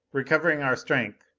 recovering our strength,